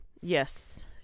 Yes